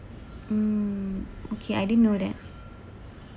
mm okay I didn't know that